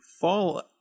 Fall